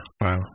Wow